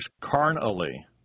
carnally